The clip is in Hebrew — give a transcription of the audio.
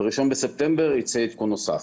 ב-1 בספטמבר ייצא עדכון נוסף.